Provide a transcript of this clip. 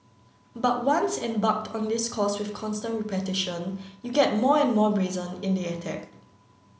but once embarked on this course with constant repetition you get more and more brazen in the attack